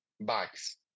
bags